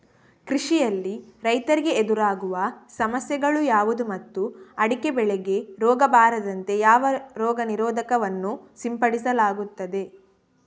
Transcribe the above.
ಕೃಷಿಯಲ್ಲಿ ರೈತರಿಗೆ ಎದುರಾಗುವ ಸಮಸ್ಯೆಗಳು ಯಾವುದು ಮತ್ತು ಅಡಿಕೆ ಬೆಳೆಗೆ ರೋಗ ಬಾರದಂತೆ ಯಾವ ರೋಗ ನಿರೋಧಕ ವನ್ನು ಸಿಂಪಡಿಸಲಾಗುತ್ತದೆ?